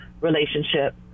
relationship